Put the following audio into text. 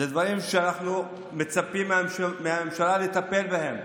אלה דברים שאנחנו מצפים מהממשלה לטפל בהם,